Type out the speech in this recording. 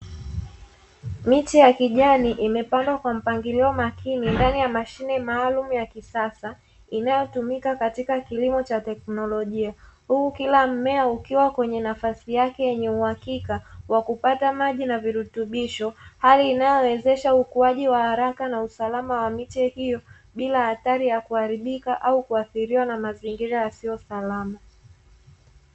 Miche ya kijani imepandwa kwa mpangilio makini ndani ya mashine maalumu ya kisasa inayotumika katika kilimo cha teknolojia, huku kila mmea ukiwa kwenye nafasi yake yenye uhakika wa kupata maji na virutubisho; hali inayowezesha ukuaji wa haraka na usalama wa miche hiyo bila hatari ya kuharibika au kuathiriwa na mazingira yasiyo salama.